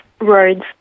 roads